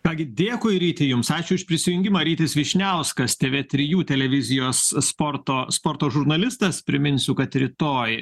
ką gi dėkui ryti jums ačiū už prisijungimą rytis vyšniauskas tv trijų televizijos sporto sporto žurnalistas priminsiu kad rytoj